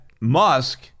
Musk